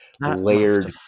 layered